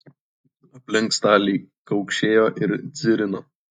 aplink staliai kaukšėjo ir dzirino